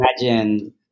imagine